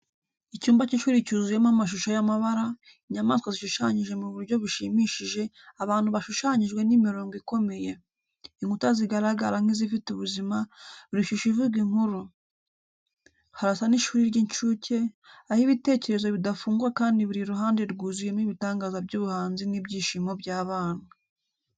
Icyumba cy'ishuri cyuzuyemo amashusho y’amabara, inyamaswa zishushanyije mu buryo bushimishije, abantu bashushanyijwe n’imirongo ikomeye. Inkuta zigaragara nk’izifite ubuzima, buri shusho ivuga inkuru. Harasa n'ishuri ry’incuke, aho ibitekerezo bidafungwa kandi buri ruhande rwuzuyemo ibitangaza by’ubuhanzi n’ibyishimo by’abana.